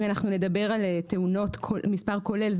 אם נדבר על מספר כולל,